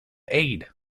aid